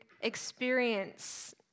experience